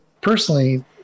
personally